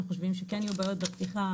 אנחנו חושבים שכן יהיו בעיות בפתיחה.